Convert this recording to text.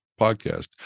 podcast